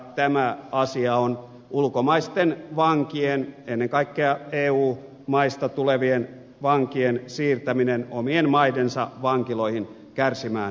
tämä asia on ulkomaisten vankien ennen kaikkea eu maista tulevien vankien siirtäminen omien maidensa vankiloihin kärsimään rangaistustaan